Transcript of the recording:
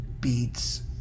beats